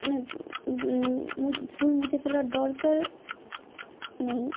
অনেক মু ফুল মুছে ফেলার দরকার নেই